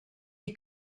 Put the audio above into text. est